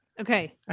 okay